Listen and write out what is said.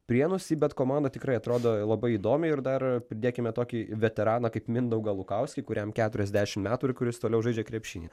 prienų cbet komanda tikrai atrodo labai įdomiai ir dar pridėkime tokį veteraną kaip mindaugą lukauskį kuriam keturiasdešim metų ir kuris toliau žaidžia krepšinį